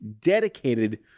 dedicated